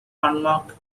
unmarked